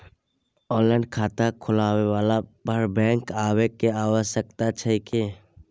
Online खाता खुलवैला पर बैंक आबै के आवश्यकता छै की?